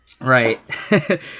Right